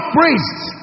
priests